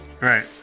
Right